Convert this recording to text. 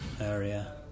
area